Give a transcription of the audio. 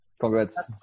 congrats